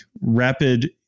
rapid